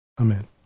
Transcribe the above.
Amen